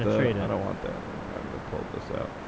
trade. i don't want that in there. i'm going to pull this out.